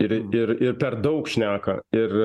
ir ir ir per daug šneka ir